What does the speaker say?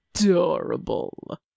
adorable